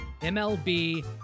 MLB